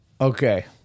Okay